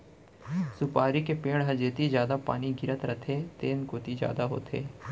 सुपारी के पेड़ ह जेती जादा पानी गिरत रथे तेन कोती जादा होथे